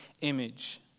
image